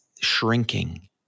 shrinking